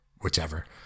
whichever